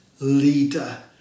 leader